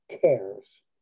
cares